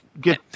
get